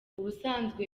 ubusanzwe